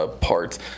Parts